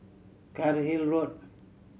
Cairnhill Road